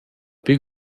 plü